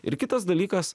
ir kitas dalykas